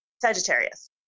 Sagittarius